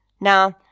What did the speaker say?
Now